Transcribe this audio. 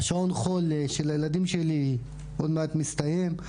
שעון החול של הילדים שלי עוד מעט מסתיים.